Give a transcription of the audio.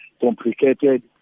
complicated